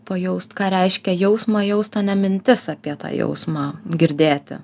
pajaust ką reiškia jausmą jaust o ne mintis apie tą jausmą girdėti